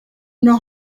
know